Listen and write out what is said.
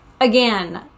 again